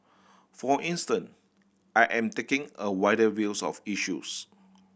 for instance I am taking a wider views of issues